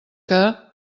que